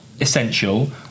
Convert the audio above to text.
essential